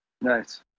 Nice